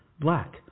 black